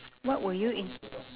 what would you in~